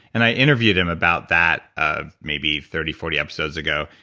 and i interviewed him about that ah maybe thirty, forty episodes ago.